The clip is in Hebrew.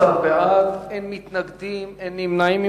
בעד, 18, אין מתנגדים, אין נמנעים.